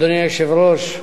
אדוני היושב-ראש,